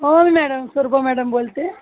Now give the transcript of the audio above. हो मी मॅडम सुर्गो मॅडम बोलतेय